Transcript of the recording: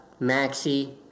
maxi